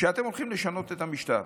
שאתם הולכים לשנות את המשטר